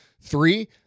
Three